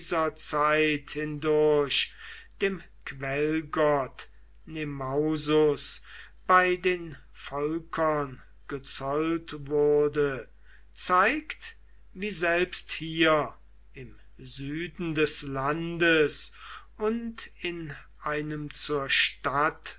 kaiserzeit hindurch dem quellgott nemausus bei den volkern gezollt wurde zeigt wie selbst hier im süden des landes und in einem zur stadt